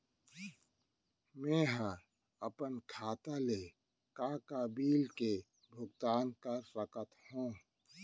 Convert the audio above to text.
मैं ह अपन खाता ले का का बिल के भुगतान कर सकत हो